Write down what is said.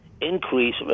increase